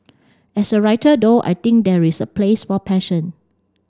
as a writer though I think there is a place for passion